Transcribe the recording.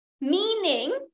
Meaning